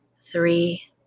three